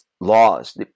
laws